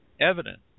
evident